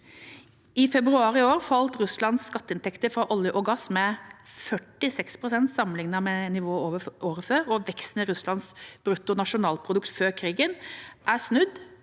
I februar i år falt Russlands skatteinntekter fra olje og gass med 46 pst. sammenlignet med nivået året før, og veksten i Russlands bruttonasjonalprodukt før krigen er snudd